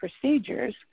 procedures